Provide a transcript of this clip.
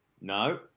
No